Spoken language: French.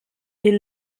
est